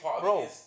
Bro